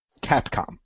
Capcom